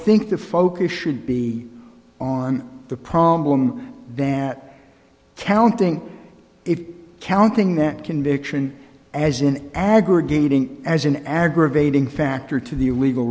think the focus should be on the problem that counting if counting that conviction as an aggregating as an aggravating factor to the illegal